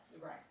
Right